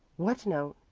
what note?